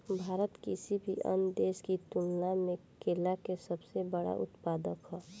भारत किसी भी अन्य देश की तुलना में केला के सबसे बड़ा उत्पादक ह